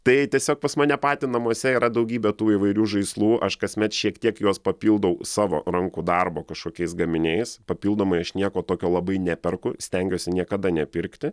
tai tiesiog pas mane patį namuose yra daugybė tų įvairių žaislų aš kasmet šiek tiek juos papildau savo rankų darbo kažkokiais gaminiais papildomai aš nieko tokio labai neperku stengiuosi niekada nepirkti